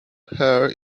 hair